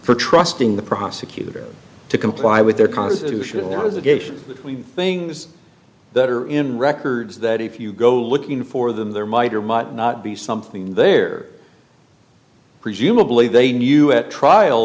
for trusting the prosecutor to comply with their constitution as a geisha things that are in records that if you go looking for them there might or might not be something there presumably they knew at trial